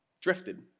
drifted